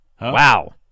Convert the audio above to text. Wow